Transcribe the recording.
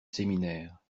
séminaire